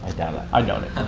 ah doubt it. i doubt it.